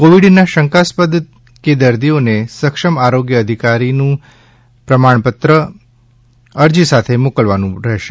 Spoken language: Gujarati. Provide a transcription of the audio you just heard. કોવિડના શંકાસ્પદ કે દર્દીઓએ સક્ષમ આરોગ્ય સત્તાધિકારીનું પ્રમાણપત્ર અરજી સાથે મોકલવું પડશે